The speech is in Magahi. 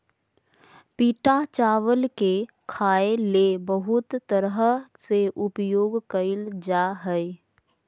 पिटा चावल के खाय ले बहुत तरह से उपयोग कइल जा हइ